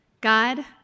God